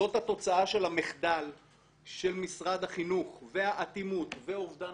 זאת התוצאה של המחדל של משרד החינוך והאטימות ואובדן